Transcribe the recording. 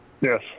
Yes